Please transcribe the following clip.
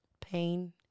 pain